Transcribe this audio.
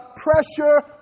Pressure